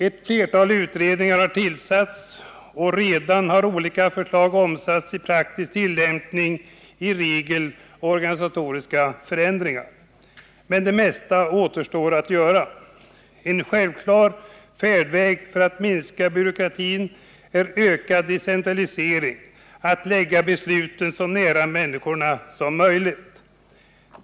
Ett flertal utredningar har tillsatts, och redan har olika förslag omsatts i praktisk tillämpning — i regler och organisatoriska förändringar. Men det mesta återstår att göra. En självklar färdväg för att minska byråkratin är ökad decentralisering, att lägga besluten så nära människorna som möjligt.